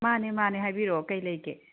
ꯃꯥꯅꯦ ꯃꯥꯅꯦ ꯍꯥꯏꯕꯤꯔꯛꯑꯣ ꯀꯔꯤ ꯂꯩꯒꯦ